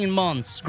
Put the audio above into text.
months